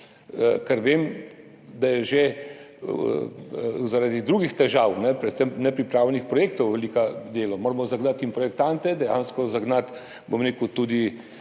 Ker vem, da je že zaradi drugih težav, predvsem nepripravljenih projektov, veliko dela, moramo zagnati projektante in dejansko zagnati tudi